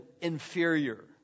inferior